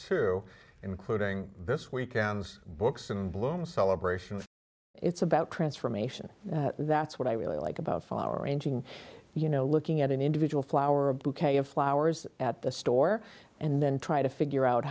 too including this weekend's books and bloom celebrations it's about transformation that's what i really like about flower inching you know looking at an individual flower or a bouquet of flowers at the store and then try to figure out